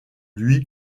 lui